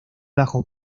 bajo